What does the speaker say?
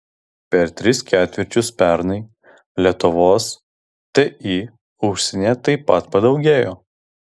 per tris ketvirčius pernai lietuvos ti užsienyje taip pat padaugėjo